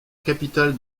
capitale